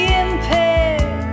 impaired